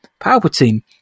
Palpatine